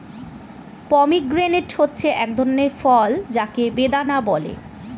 pomegranate হচ্ছে এক ধরনের ফল যাকে বেদানা বলে